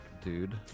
dude